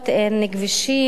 אין כבישים.